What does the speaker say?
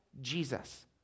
Jesus